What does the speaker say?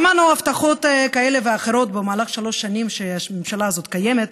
שמענו הבטחות כאלה ואחרות במהלך שלוש השנים שהממשלה הזאת קיימת,